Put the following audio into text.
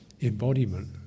embodiment